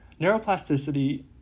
Neuroplasticity